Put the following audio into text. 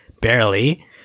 barely